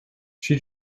she